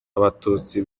abatutsi